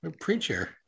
preacher